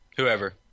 whoever